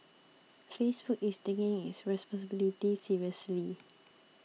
Facebook is taking its responsibility seriously